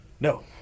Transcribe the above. No